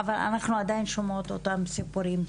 אנחנו עדיין שומעות את אותם סיפורים.